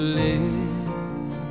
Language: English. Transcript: live